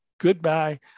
goodbye